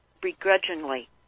begrudgingly